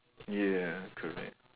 ya correct